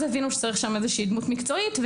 הבינו שצריך שם איזושהי דמות מקצועית,